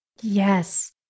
Yes